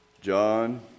John